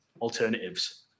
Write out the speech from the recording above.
alternatives